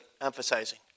emphasizing